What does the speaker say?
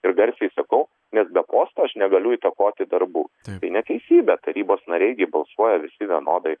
ir garsiai sakau nes be posto aš negaliu įtakoti darbų tai neteisybė tarybos nariai gi balsuoja visi vienodai